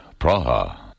Praha